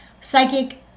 psychic